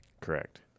Correct